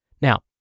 Now